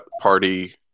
party